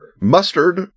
mustard